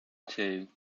two